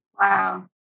Wow